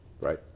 right